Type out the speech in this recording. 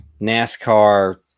NASCAR